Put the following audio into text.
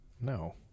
No